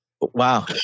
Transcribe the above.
Wow